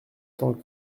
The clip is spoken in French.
tant